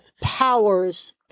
powers